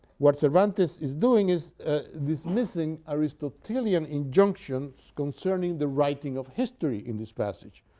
what cervantes is doing is dismissing aristotelian injunctions concerning the writing of history in this passage.